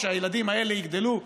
כשהילדים האלה יגדלו,